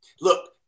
Look